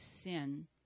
sin